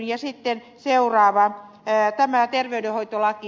ja sitten seuraava asia tämä terveydenhoitolaki